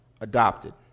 adopted